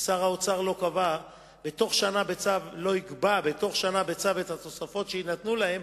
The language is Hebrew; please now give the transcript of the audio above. ושר האוצר לא קבע בתוך שנה בצו את התוספות שיינתנו להם,